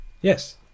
Yes